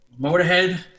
motorhead